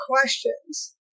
questions